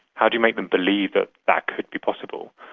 how do you make them believe that that could be possible?